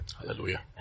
Hallelujah